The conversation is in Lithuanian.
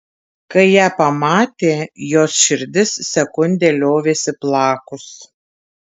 kai ją pamatė jos širdis sekundę liovėsi plakus